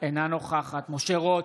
אינה נוכחת משה רוט,